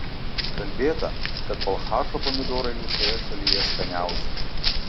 kalbėta kad balchašo pomidorai visoje šalyje skaniausi